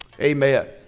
amen